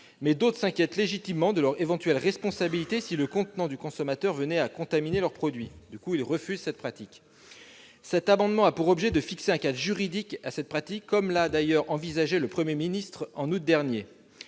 D'autres s'inquiètent légitimement de leur éventuelle responsabilité, si le contenant du consommateur venait à contaminer leurs produits ; du coup, ils refusent de procéder ainsi. Cet amendement a pour objet de fixer un cadre légal à cette pratique, comme l'a d'ailleurs envisagé le Premier ministre en août dernier,